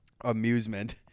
amusement